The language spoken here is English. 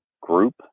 group